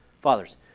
fathers